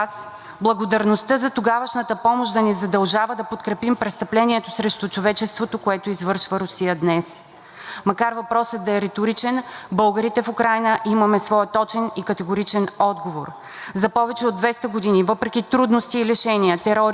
Макар въпросът да е риторичен, българите в Украйна имаме своя точен и категоричен отговор. За повече от 200 години въпреки трудности и лишения, терор и издевателства, смени на власт и режими, българите направиха от Буджакската степ и Таврийското диво поле райски градини,